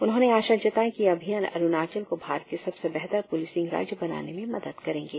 उन्होंने आशा जताई कि यह अभियान अरुणाचल को भारत के सबसे बेहतर पुलिसिंग राज्य बनाने में मदद करेंगे